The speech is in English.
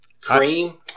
cream